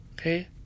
Okay